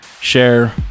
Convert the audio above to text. share